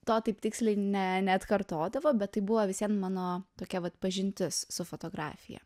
to taip tiksliai ne neatkartodavo bet tai buvo vis vien mano tokia vat pažintis su fotografija